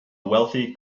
wealthy